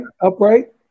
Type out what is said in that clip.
upright